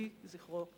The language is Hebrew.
יהי זכרו ברוך.